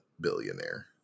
billionaire